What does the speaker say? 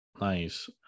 Nice